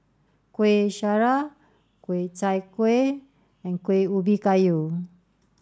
Kuih Syara Ku Chai Kuih and Kueh Ubi Kayu